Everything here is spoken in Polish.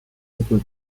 nikim